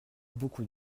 beaucoup